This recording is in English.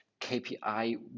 KPI